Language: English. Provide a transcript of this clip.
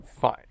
fine